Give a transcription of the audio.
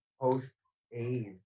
post-AIDS